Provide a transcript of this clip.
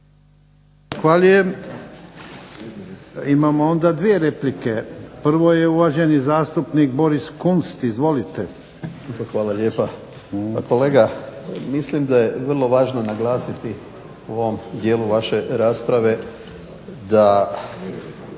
Imamo onda dvije replike. Prvo je uvaženi zastupnik Boris Kunst, izvolite. **Kunst, Boris (HDZ)** Hvala lijepa. Pa kolega mislim da je vrlo važno naglasiti u ovom dijelu vaše rasprave da